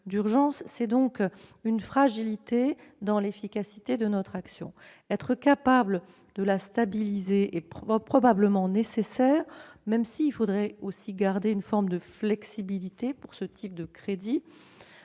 C'est donc une fragilité dans l'efficacité de notre action. Stabiliser les financements est probablement nécessaire, même s'il faut aussi garder une forme de flexibilité pour ce type de crédits.